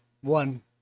one